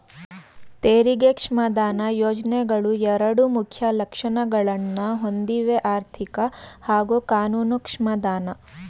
ತೆರಿಗೆ ಕ್ಷಮಾದಾನ ಯೋಜ್ನೆಗಳು ಎರಡು ಮುಖ್ಯ ಲಕ್ಷಣಗಳನ್ನ ಹೊಂದಿವೆಆರ್ಥಿಕ ಹಾಗೂ ಕಾನೂನು ಕ್ಷಮಾದಾನ